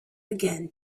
began